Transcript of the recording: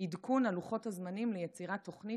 עדכון של לוחות הזמנים ליצירת תוכנית